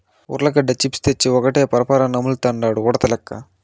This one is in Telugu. ఉర్లగడ్డ చిప్స్ తెచ్చి ఒక్కడే పరపరా నములుతండాడు ఉడతలెక్క